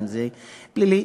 אם פלילי,